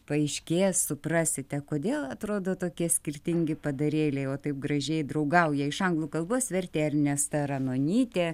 paaiškės suprasite kodėl atrodo tokie skirtingi padarėliai o taip gražiai draugauja iš anglų kalbos vertė ernesta ranonytė